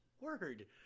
Word